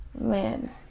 Man